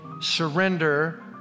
surrender